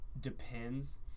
depends